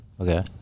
Okay